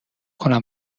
کنم